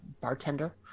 bartender